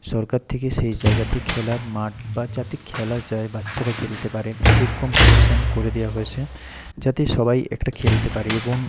সরকার থেকে সেই জায়গাতে খেলার মাঠ বা যাতে খেলা যায় বাচ্চারা খেলতে পারেন সেরকম পজিশন করে দেয়া হয়েছে যাতে সবাই একটা খেলতে পারে এবং